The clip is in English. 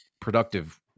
productive